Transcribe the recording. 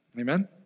Amen